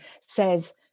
says